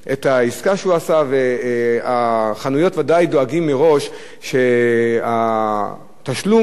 החנויות ודאי דואגות מראש שהתשלום יהיה לטובתן ולא לטובת הלקוח.